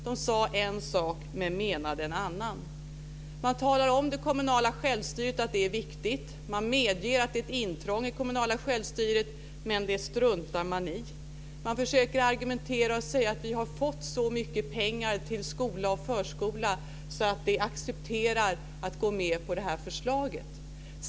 Man sade en sak men menade en annan. Man säger att det kommunala självstyret är viktigt. Man medger att detta är ett intrång i det kommunala självstyret - men det struntar man i. Man försöker argumentera med att säga: Vi har fått så mycket pengar till skola och förskola att vi accepterar att gå med på det här förslaget.